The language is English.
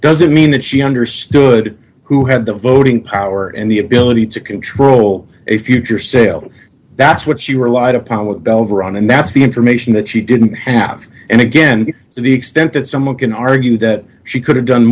doesn't mean that she understood who had the voting power and the ability to control a future sale that's what she relied upon with delver on and that's the information that she didn't have and again to the extent that someone can argue that she could have done